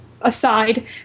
aside